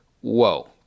whoa